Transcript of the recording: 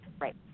right